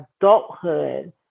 adulthood